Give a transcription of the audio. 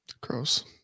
Gross